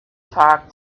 talk